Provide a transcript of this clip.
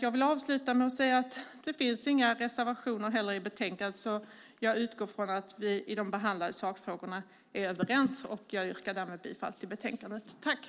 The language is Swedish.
Jag vill avsluta med att säga att det inte heller finns några reservationer i betänkandet, så jag utgår från att vi i de behandlade sakfrågorna är överens och yrkar därmed på godkännande av anmälan i betänkandet.